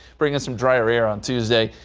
bring us some drier air on tuesday.